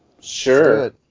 Sure